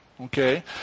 Okay